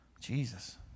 Jesus